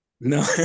No